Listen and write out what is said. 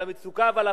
על המצוקה והפערים.